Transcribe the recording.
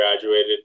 graduated